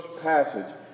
passage